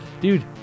dude